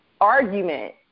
argument